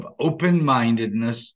open-mindedness